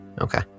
Okay